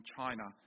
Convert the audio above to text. China